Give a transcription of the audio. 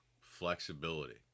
flexibility